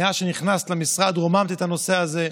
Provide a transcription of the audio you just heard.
מאז שנכנסת למשרד רוממת את הנושא הזה,